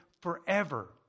forever